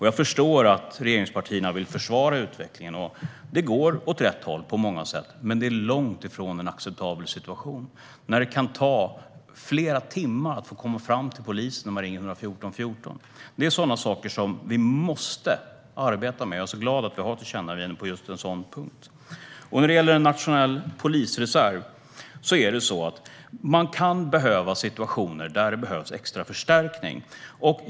Jag förstår att regeringspartierna vill försvara utvecklingen. Den går åt rätt håll på många sätt, men det är långt ifrån en acceptabel situation när det kan ta flera timmar att komma fram till polisen när man ringer 11414. Det är sådana saker som vi måste arbeta med, och jag är glad att vi har tillkännagivanden på just den punkten. När det gäller en nationell polisreserv kan det finnas situationer där man behöver extra förstärkning.